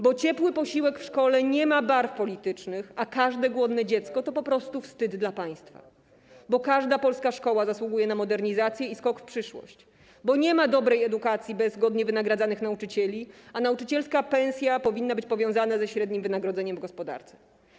Bo ciepły posiłek w szkole nie ma barw politycznych, a każde głodne dziecko to po prostu wstyd dla państwa, bo każda polska szkoła zasługuje na modernizację i skok w przyszłość, bo nie ma dobrej edukacji bez godnie wynagradzanych nauczycieli, a nauczycielska pensja powinna być powiązana ze średnim wynagrodzeniem w gospodarce.